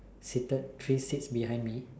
seated three seats behind me